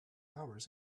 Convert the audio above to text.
hours